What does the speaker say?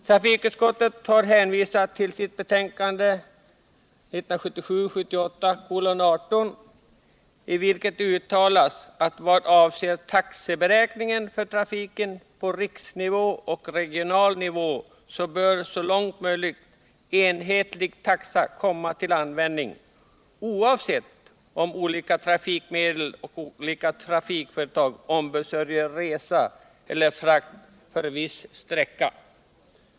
Trafikutskottet har hänvisat till sitt betänkande 1977/78:18,i vilket uttalas att vad avser taxeberäkningen för trafiken på riksnivå och regional nivå bör så långt möjligt enhetlig taxa komma till användning, oavsett om olika trafikmedel och trafikföretag ombesörjer resa eller frakt för viss sträcka.